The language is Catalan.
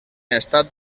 estat